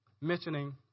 mentioning